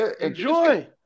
Enjoy